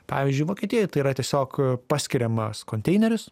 pavyzdžiui vokietijoj tai yra tiesiog paskiriamas konteineris